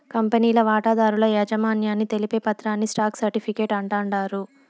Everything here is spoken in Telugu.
కంపెనీల వాటాదారుల యాజమాన్యాన్ని తెలిపే పత్రాని స్టాక్ సర్టిఫీకేట్ అంటాండారు